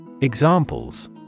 Examples